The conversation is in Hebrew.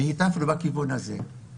ובו ניסיתי לחנך בכיוון של דו-קיום.